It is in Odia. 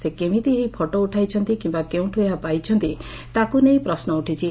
ସେ କେମିତି ଏହି ଫଟୋ ଉଠାଇଛନ୍ତି କିମ୍ୟା କେଉଁଠୁ ଏହା ପାଇଛନ୍ତି ତାକୁ ନେଇ ପ୍ରଶ୍ନ ଉଠିଛି